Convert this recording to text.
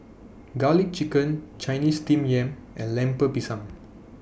Garlic Chicken Chinese Steamed Yam and Lemper Pisang